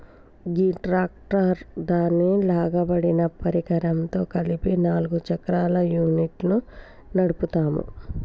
గీ tractor దాని లాగబడిన పరికరంతో కలిపి నాలుగు చక్రాల యూనిట్ను నడుపుతాము